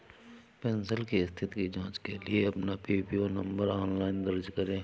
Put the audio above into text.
pension की स्थिति की जांच के लिए अपना पीपीओ नंबर ऑनलाइन दर्ज करें